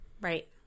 Right